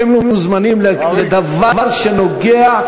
אתם לא מוזמנים לדבר שנוגע,